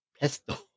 pesto